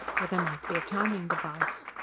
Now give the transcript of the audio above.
or there might be a timing device.